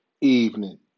evening